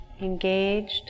engaged